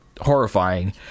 horrifying